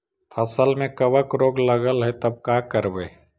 फसल में कबक रोग लगल है तब का करबै